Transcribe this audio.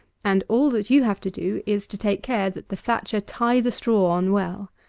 and all that you have to do is, to take care that the thatcher tie the straw on well.